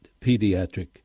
pediatric